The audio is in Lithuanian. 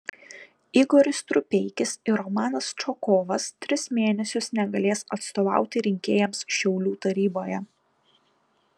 igoris strupeikis ir romanas čokovas tris mėnesius negalės atstovauti rinkėjams šiaulių taryboje